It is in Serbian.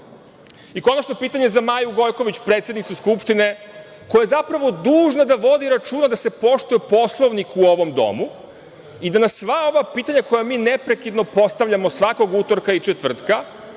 Kosovu. Konačno, pitanje za Maju Gojković, predsednicu Skupštine, koja je zapravo dužna da vodi računa da se poštuje Poslovnik u ovom domu i da na sva ova pitanja koja mi neprekidno postavljamo svakog utorka i četvrtka